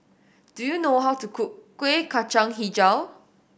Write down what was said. do you know how to cook Kuih Kacang Hijau